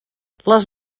les